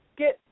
get